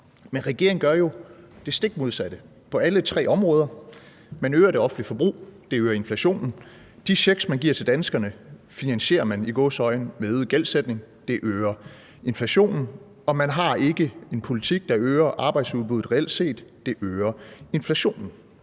Men regeringen gør jo det stik modsatte på alle tre områder. Man øger det offentlige forbrug; det øger inflationen. De checks, man giver til danskerne, finansierer man – i gåseøjne – med øget gældsætning; det øger inflationen. Og man har ikke en politik, der reelt set øger arbejdsudbuddet; den øger inflationen.